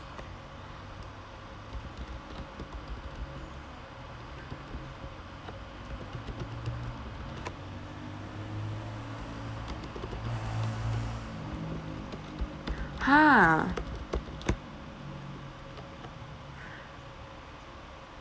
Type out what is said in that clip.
ha